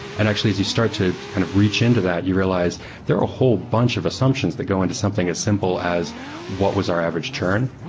and actually as you start to kind of reach into that you realize there are a whole bunch of assumptions that going to something as simple as what was our average church. and